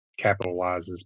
capitalizes